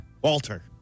Walter